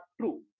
true